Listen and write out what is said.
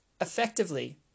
effectively